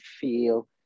feel